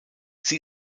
sie